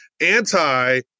anti